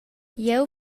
jeu